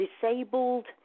disabled